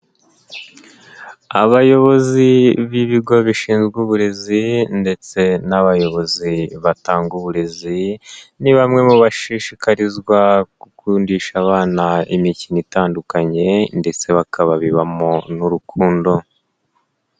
Abayobozi b'ibigo bishinzwe uburezi ndetse n'abayobozi batanga uburezi, ni bamwe mu bashishikarizwa gukundisha abana imikino itandukanye ndetse bakababibamo n'urukundo.